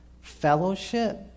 fellowship